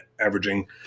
averaging